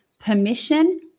permission